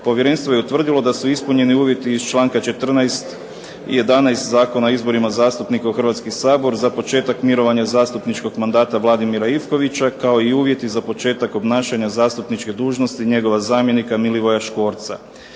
Povjerenstvo je utvrdilo da su ispunjeni uvjeti iz članka 14. i 11. Zakona o izborima zastupnika u Hrvatski sabor za početak mirovanja zastupničkog mandata Vladimira Ivkovića kao i uvjeti za početak obnašanja zastupničke dužnosti njegova zamjenika Milivoja Škvorca.